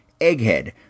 Egghead